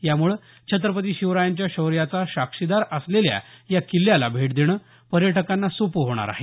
यामुळे छत्रपती शिवरायांच्या शौर्याचा साक्षीदार असलेल्या या किल्ल्याला भेट देणं पर्यटकांना सोपं होणार आहे